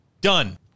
done